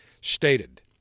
stated